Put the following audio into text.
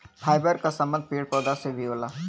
fibre क संबंध पेड़ पौधा से भी होला